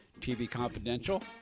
tvconfidential